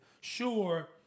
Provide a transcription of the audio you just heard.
Sure